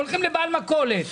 הולכים לבעל מכולת